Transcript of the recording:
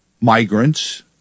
migrants